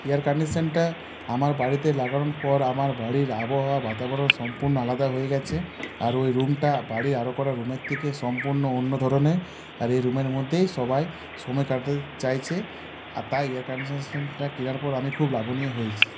ইয়ারকান্ডিশনটা আমার বাড়িতে লাগানোর পর আমার বাড়ির আবহাওয়া বাতাবরণ সম্পূর্ণ আলাদা হয়ে গেছে আর ওই রুমটা বাড়ির আরও করা রুমের থেকে সম্পূর্ণ অন্য ধরনের আর এই রুমের মধ্যেই সবাই সময় কাটাতে চাইছে তাই এয়ারকন্ডিশেনটা কেনার পর আমি খুব লাভনীয় হয়েছি